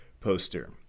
poster